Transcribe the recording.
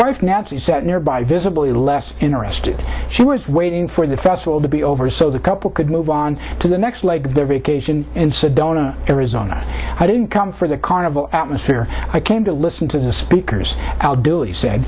wife nancy said nearby visibly less interested she was waiting for the festival to be over so the couple could move on to the next leg of their vacation instead arizona i didn't come for the carnival atmosphere i came to listen to the speakers i'll do it said